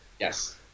Yes